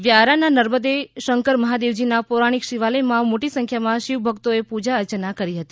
વ્યારાનાં નર્મદે શંકર મહાદેવજીનાં પૌરાણિક શિવાલયમાં મોટી સંખ્યામાં શિવભક્તોએ પૂજા અર્ચના કરી હતી